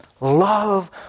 love